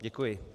Děkuji.